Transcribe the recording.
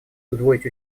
удвоить